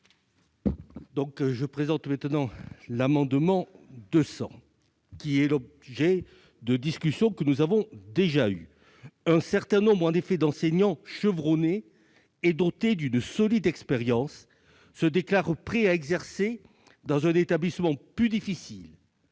privés sous contrat. L'amendement n° 200 rectifié est le fruit de discussions que nous avons déjà eues. Un certain nombre d'enseignants chevronnés et dotés d'une solide expérience se déclarent prêts à exercer dans un établissement plus difficile.